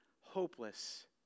hopeless